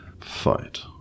fight